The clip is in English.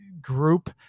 group